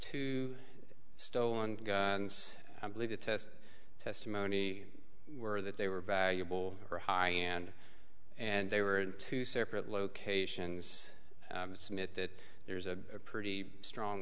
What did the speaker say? two stolen and i believe the test testimony were that they were valuable or high end and they were in two separate locations it's a myth that there's a pretty strong